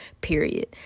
period